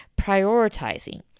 prioritizing